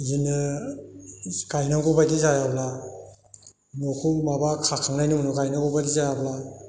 बिदिनो गायनांगौ बायदि जायाब्ला न'खौ माबा खाखांनानै गायनांगौ बायदि जायाब्ला